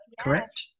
correct